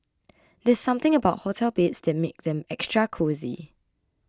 there's something about hotel beds that make them extra cosy